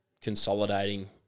consolidating